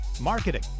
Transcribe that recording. marketing